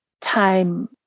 time